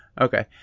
Okay